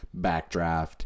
Backdraft